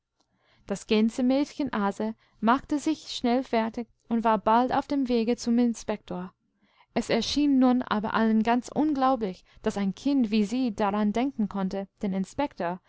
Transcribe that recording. das gänsemädchen aase machte sich schnell fertig und war bald auf dem wege zum inspektor es erschien nun aber allen ganz unglaublich daß ein kind wie sie daran denken konnte den inspektor